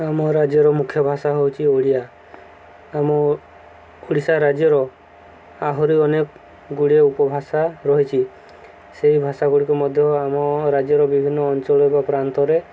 ଆମ ରାଜ୍ୟର ମୁଖ୍ୟ ଭାଷା ହେଉଛି ଓଡ଼ିଆ ଆମ ଓଡ଼ିଶା ରାଜ୍ୟର ଆହୁରି ଅନେକ ଗୁଡ଼ିଏ ଉପଭାଷା ରହିଛି ସେହି ଭାଷାଗୁଡ଼ିକ ମଧ୍ୟ ଆମ ରାଜ୍ୟର ବିଭିନ୍ନ ଅଞ୍ଚଳ ବା ପ୍ରାନ୍ତରେ